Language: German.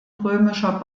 römischer